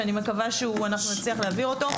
שאני מקווה שאנחנו נצליח להעביר אותו,